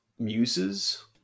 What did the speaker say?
muses